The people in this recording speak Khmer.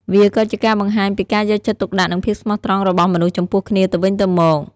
វាក៏ជាការបង្ហាញពីការយកចិត្តទុកដាក់និងភាពស្មោះត្រង់របស់មនុស្សចំពោះគ្នាទៅវិញទៅមក។